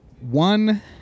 One